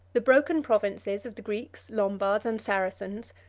the broken provinces of the greeks, lombards, and saracens,